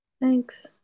Thanks